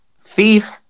thief